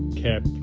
kep,